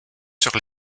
sur